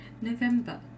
November